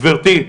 גבירתי,